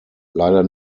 leider